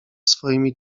swoimi